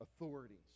authorities